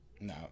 No